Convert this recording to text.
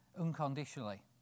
unconditionally